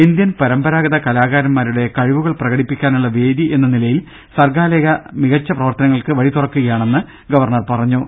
Indian പരമ്പരാഗത കലാകാരന്മാരുടെ കഴിവുകൾ പ്രകടിപ്പിക്കാനുള്ള വേദി എന്ന നിലയിൽ സർഗ്ഗാലയ മികച്ച പ്രവർത്തനങ്ങൾക്ക് വഴി തുറക്കുകയാണെന്ന് ഗവർണർ പറഞ്ഞു